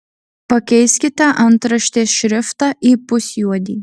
pakeiskite antraštės šriftą į pusjuodį